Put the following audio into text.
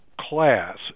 class